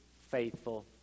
faithful